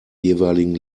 jeweiligen